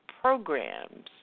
programs